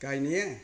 गायनाया